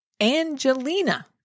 Angelina